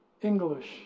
English